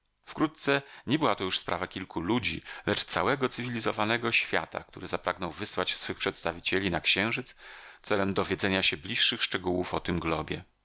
wkrótce nie była to już sprawa kilku ludzi lecz całego cywilizowanego świata który zapragnął wysłać swych przedstawicieli na księżyc celem dowiedzenia się bliższych szczegółów o tym globie